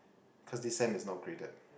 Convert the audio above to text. cause this sem is not graded